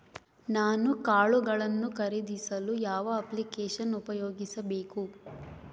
ನಾನು ಕಾಳುಗಳನ್ನು ಖರೇದಿಸಲು ಯಾವ ಅಪ್ಲಿಕೇಶನ್ ಉಪಯೋಗಿಸಬೇಕು?